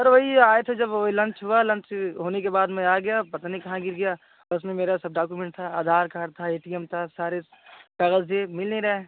sir वही आए थे जब वह लंच हुआ लंच होने के बाद में आ गया पता नहीं कहाँ गिर गया और उसमें मेरा सब डाकूमेंट था आधार कार्ड था ए टी एम था सारे सागल चीज़ मिल नहीं रहे हैं